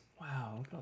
wow